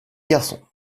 garçon